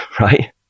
Right